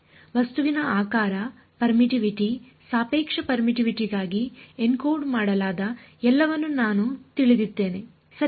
ವಸ್ತುವಿನ ಆಕಾರ ಪೇರ್ಮಿಟ್ಟಿವಿಟಿ ಸಾಪೇಕ್ಷ ಪೇರ್ಮಿಟ್ಟಿವಿಟಿಗಾಗಿ ಎನ್ಕೋಡ್ ಮಾಡಲಾದ ಎಲ್ಲವನ್ನು ನಾನು ತಿಳಿದಿದ್ದೇನೆ ಸರಿ